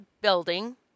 building